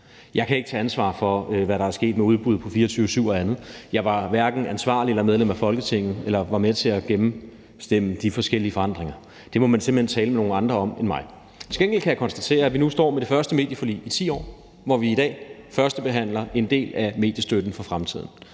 Jeg kan ikke tage ansvar for, hvad der er sket med udbuddet af Radio24syv og andet. Jeg var hverken ansvarlig for det eller medlem af Folketinget eller var med til at stemme for de forskellige forandringer. Det må man simpelt hen tale med nogle andre om end mig. Til gengæld kan jeg konstatere, at vi nu står med det første medieforlig i 10 år, hvor vi i dag førstebehandler et lovforslag om en del af mediestøtten for fremtiden.